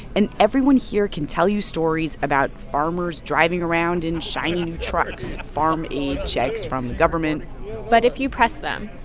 and everyone here can tell you stories about farmers driving around in shiny, new trucks, farm aid checks from the government but if you press them,